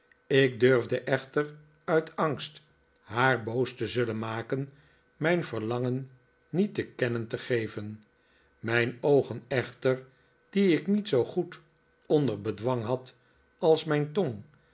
ik durfde echter uit angst haar boos te zullen maken mijn verlangen niet te kennen te geven mijn oopen echter die ik niet zoo goed onder bedwang had als mijn tong